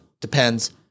depends